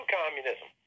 communism